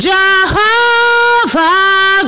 Jehovah